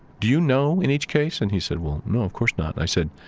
do you know in each case? and he said, well, no, of course not i said,